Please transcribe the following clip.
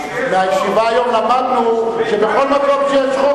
מהישיבה היום למדנו שבכל מקום שיש חוק,